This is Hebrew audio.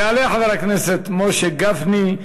יעלה חבר הכנסת משה גפני,